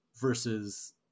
versus